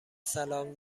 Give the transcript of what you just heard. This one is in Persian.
سلام